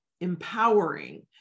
empowering